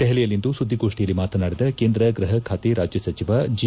ದೆಹಲಿಯಲ್ಲಿಂದು ಸುದ್ದಿಗೋಷ್ಡಿಯಲ್ಲಿ ಮಾತನಾಡಿದ ಕೇಂದ್ರ ಗ್ವಹ ಖಾತೆ ರಾಜ್ಯ ಸಚಿವ ಜಿ